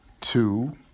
two